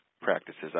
practices